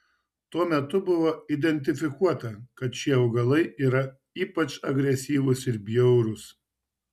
tuo metu buvo identifikuota kad šie augalai yra ypač agresyvūs ir bjaurūs